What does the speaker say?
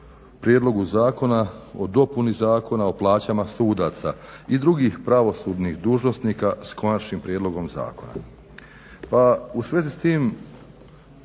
Prijedlogu zakona o dopuni Zakona o plaćama sudaca i drugih pravosudnih dužnosnika s konačnim prijedlogom zakona.